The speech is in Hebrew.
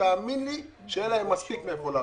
תאמין לי יהיה לכם מספיק מאיפה להרוויח.